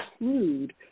include